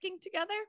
together